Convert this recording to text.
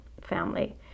family